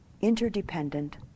interdependent